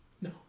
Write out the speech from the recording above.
No